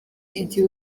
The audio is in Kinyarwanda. igihe